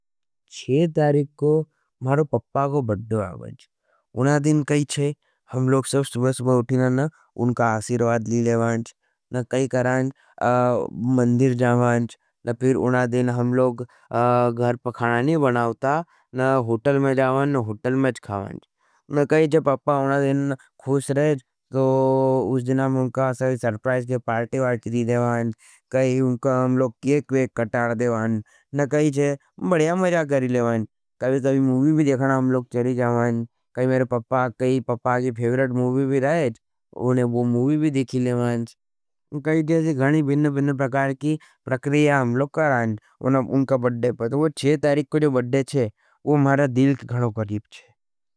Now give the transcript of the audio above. छः तारिक को मारो पपा को बड़ो आवाज। उना दिन कही छे हम लोग सब सुबह सुबह उठीने न उनका आशिर्वाद ली लेवांज। न कही कराएंज मंदीर जावाएंज न पिर उना दिन हम लोग घर पर खाना नहीं बनाओता न हुटल में जावाएंज न हुटल मेंच खावाएंज। न कही छे पपा आउना दिन खुस रहेंज। तो उस दिना मैं उनका सबी सर्प्राइस के पार्टी वार्टी दी देवाएंज। कही उनका हम लोग के के कटार देवाएंज। न कही छे बढ़िया मजा करी लेवाएंज कही सबी मूवी भी देखना हम लोग चली जावाएंज। कही मेरे पपा कही पपा की फेवरेट मूवी भी रहेंज। उने वो मूवी भी देखी लेवाएंज। कही जैसे गणी बिन बिन प्रकार की प्रकरिया हम लोग कराएंज। उनका बढ़्डे पर तो वो छः तारीक को जो बढ़्डे छे वो मारा दील के खड़ो परीप छे।